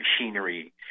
machinery